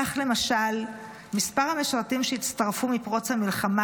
כך למשל מספר המשרתים שהצטרפו מפרוץ המלחמה